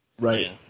Right